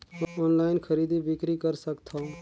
Online खरीदी बिक्री कर सकथव?